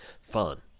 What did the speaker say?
fun